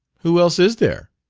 who else is there?